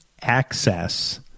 access